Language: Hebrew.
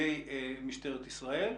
משטרת ישראל.